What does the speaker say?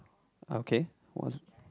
okay what's